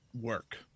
work